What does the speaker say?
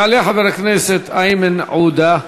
יעלה חבר הכנסת איימן עודה,